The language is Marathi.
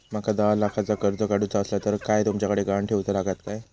माका दहा लाखाचा कर्ज काढूचा असला तर काय तुमच्याकडे ग्हाण ठेवूचा लागात काय?